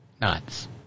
nuts